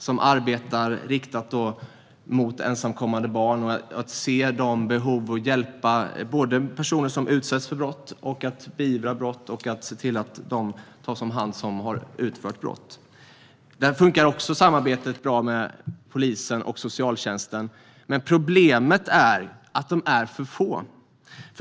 Den arbetar riktat mot ensamkommande barn med att se deras behov, hjälpa personer som utsätts för brott, beivra brott och se till att de som har utfört brott tas om hand. Även där fungerar samarbetet med polisen och socialtjänsten väl. Problemet är att de är för få.